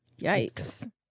Yikes